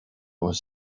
was